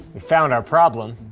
we found our problem.